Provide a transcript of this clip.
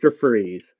Freeze